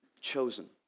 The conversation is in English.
Chosen